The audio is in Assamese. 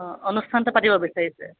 অঁ অনুষ্ঠানটো পাতিব বিচাৰিছে